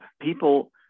People